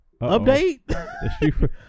update